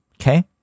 Okay